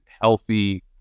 healthy